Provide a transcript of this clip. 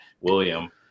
William